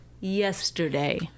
yesterday